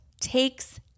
takes